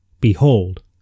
behold